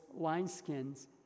wineskins